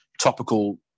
topical